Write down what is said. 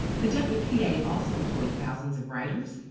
the wpa also employed thousands of writers,